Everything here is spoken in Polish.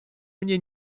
mnie